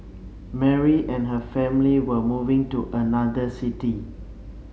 Mary and her family were moving to another city